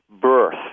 birth